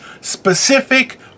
specific